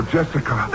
Jessica